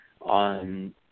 on